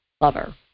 lover